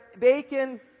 Bacon